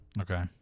Okay